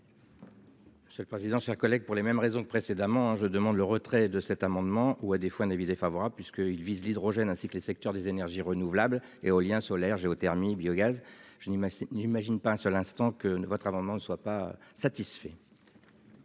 Monsieur le président. Chers collègues, pour les mêmes raisons que précédemment, je demande le retrait de cet amendement ou à des fois un avis défavorable puisqu'il vise l'hydrogène ainsi que les secteurs des énergies renouvelables, éolien, solaire, géothermie biogaz. Je n'imagine pas un seul instant que votre amendement ne soient pas satisfaits.